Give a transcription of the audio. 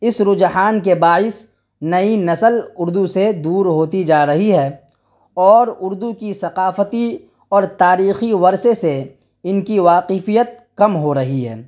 اس رجحان کے باعث نئی نسل اردو سے دور ہوتی جا رہی ہے اور اردو کی ثقافتی اور تاریخی ورثے سے ان کی واقفیت کم ہو رہی ہے